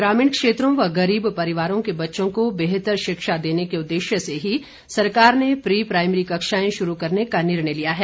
ग्रामीण क्षेत्रों व गरीब परिवारों के बच्चों को बेहतर शिक्षा देने के उददेश्य से ही सरकार ने प्री प्राइमरी कक्षाएं शुरू करने का निर्णय लिया है